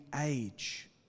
age